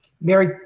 Mary